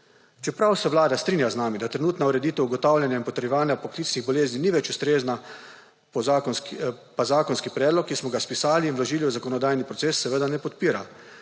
Čeprav se Vlada strinja z nami, da trenutna ureditev ugotavljanja in potrjevanja poklicnih bolezni ni več ustrezna, pa zakonskega predloga, ki smo ga spisali in vložili v zakonodajni proces, seveda ne podpira,